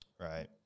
Right